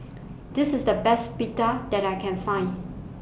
This IS The Best Pita that I Can Find